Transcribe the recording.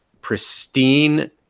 pristine